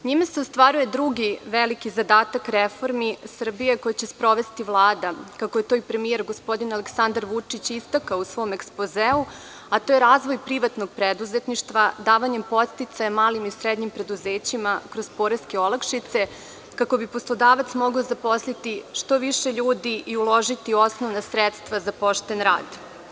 Njime se ostvaruje drugi veliki zadatak reformi koji će sprovesti Vlada, kako je to i premijer gospodin Aleksandar Vučić istakao u svom ekspozeu, a to je razvoj privatnog preduzetništva davanjem podsticaja malim i srednjim preduzećima kroz poreske olakšice, kako bi poslodavac mogao zaposliti što više ljudi i uložiti u osnovna sredstva za pošten rad.